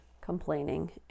complaining